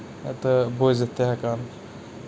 تہٕ بوٗزِتھ تہِ ہٮ۪کان